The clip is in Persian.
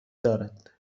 دارد